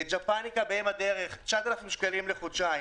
ג'פניקה ואם הדרך 9,000 שקלים לחודשיים,